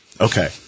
Okay